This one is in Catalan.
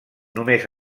només